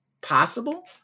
possible